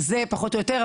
זה פחות או יותר,